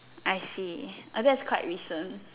I see ah that's quite recent